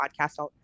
podcast